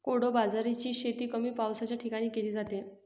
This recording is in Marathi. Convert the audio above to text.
कोडो बाजरीची शेती कमी पावसाच्या ठिकाणी केली जाते